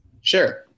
Sure